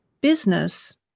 business